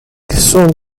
soon